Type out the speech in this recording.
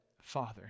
Father